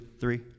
three